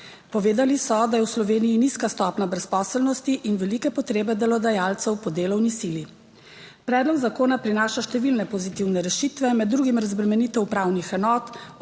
Povedali so, da je v Sloveniji nizka stopnja brezposelnosti in velike potrebe delodajalcev po delovni sili. Predlog zakona prinaša številne pozitivne rešitve, med drugim razbremenitev upravnih enot,